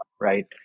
Right